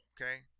okay